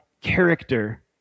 character